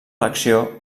l’acció